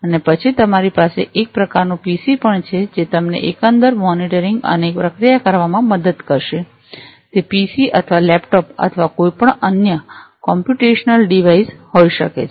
અને પછી તમારી પાસે એક પ્રકારનું પીસી પણ છેજે તમને એકંદર મોનીટરીંગ અને પ્રક્રિયા કરવામાં મદદ કરશે તે પીસી અથવા લેપટોપ અથવા કોઈપણ અન્ય કોમ્પ્યુટેશનલ ડિવાઇસ હોઈ શકે છે